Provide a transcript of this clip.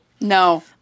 no